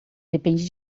depende